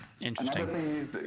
Interesting